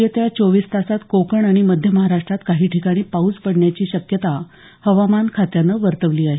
येत्या चोवीस तासात कोकण आणि मध्य महाराष्ट्रात काही ठिकाणी पाऊस पडण्याची शक्यता हवामान खात्यानं वर्तवली आहे